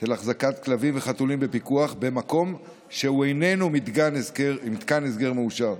של החזקת כלבים וחתולים בפיקוח במקום שהוא איננו מתקן הסגר מאושר,